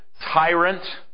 tyrant